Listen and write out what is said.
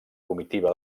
comitiva